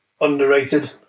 underrated